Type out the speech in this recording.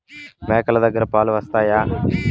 మేక లు దగ్గర పాలు వస్తాయా?